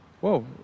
whoa